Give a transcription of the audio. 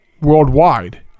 worldwide